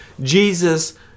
jesus